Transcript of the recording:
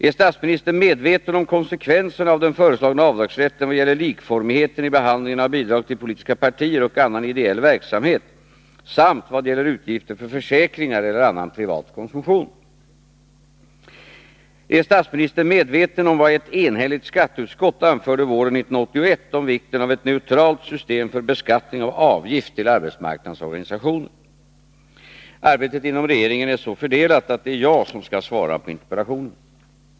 Är statsministern medveten om konsekvenserna av den föreslagna avdragsrätten vad gäller likformigheten i behandlingen av bidrag till politiska partier och annan ideell verksamhet, samt vad gäller utgifter för försäkringar eller annan privat konsumtion? Är statsministern medveten om vad ett enhälligt skatteutskott anförde våren 1981 om vikten av ett neutralt system för beskattning av avgift till arbetsmarknadens organisationer? Arbetet inom regeringen är så fördelat att det är jag som skall svara på interpellationen.